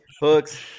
hooks